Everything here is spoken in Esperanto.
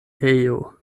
ejo